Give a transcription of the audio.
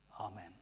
Amen